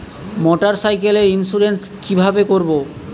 মোটরসাইকেলের ইন্সুরেন্স কিভাবে করব?